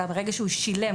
אלא ברגע שהוא שילם,